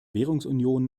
währungsunion